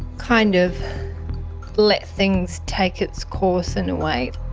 kind of let things take its course in a way.